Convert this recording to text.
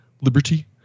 Liberty